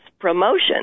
promotion